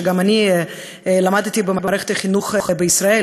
וגם אני למדתי במערכת החינוך בישראל,